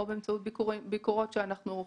באמצעות הביקורת שאנחנו עורכים.